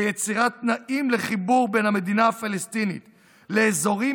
ויצירת תנאים לחיבור בין המדינה הפלסטינית לאזורים